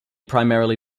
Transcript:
primarily